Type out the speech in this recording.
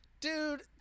dude